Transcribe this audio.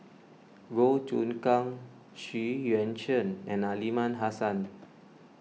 Goh Choon Kang Xu Yuan Zhen and Aliman Hassan